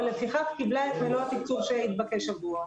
ולפיכך קיבלה את מלוא התקציב שהתבקש עבורה.